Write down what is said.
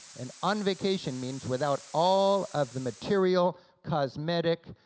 and on vacation means without all of the material cosmetic